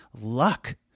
luck